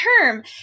term